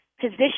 position